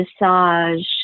massage